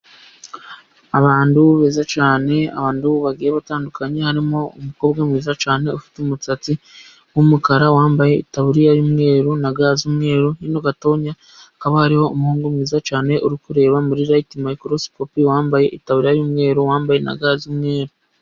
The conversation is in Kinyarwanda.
Abantu beza cyane abantu bagiye batandukanye harimo umukobwa mwiza cyane, ufite umusatsi w'umukara wambaye itaburiya y'umweru na ga z'umweru, hirya gato hakaba hariho umuhungu mwiza cyane uri kureba muri rayiti mayikorosikopi wambaye itaburiya y'umweru wambaye na ga z'umweru.